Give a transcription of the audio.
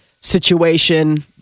situation